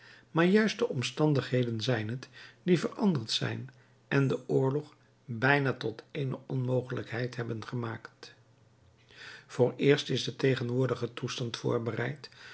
maar juist de omstandigheden zijn het die veranderd zijn en den oorlog bijna tot eene onmogelijkheid hebben gemaakt vooreerst is de tegenwoordige toestand voorbereid